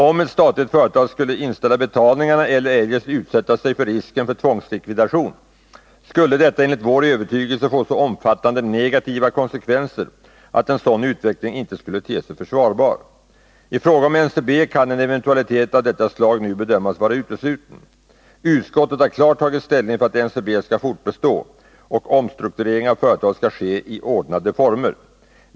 Om ett statligt företag skulle inställa betalningarna eller eljest utsätta sig för risken för tvångslikvidation skulle detta enligt vår övertygelse få så omfattande negativa konsekvenser att en sådan utveckling inte skulle te sig försvarbar. I fråga om NCB kan en eventualitet av detta slag nu bedömas vara utesluten. Utskottet har klart tagit ställning för att NCB skall fortsätta och att omstruktureringen av företaget skall ske i ordnade former.